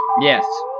Yes